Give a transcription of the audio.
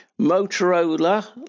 Motorola